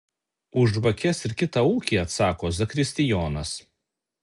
už žvakes ir kitą ūkį atsako zakristijonas